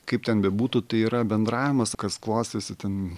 kaip ten bebūtų tai yra bendravimas kas klostėsi ten